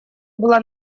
была